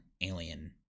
alien